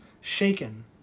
shaken